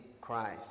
Christ